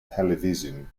television